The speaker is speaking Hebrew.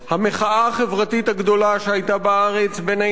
המחאה החברתית הגדולה שהיתה בארץ בין היתר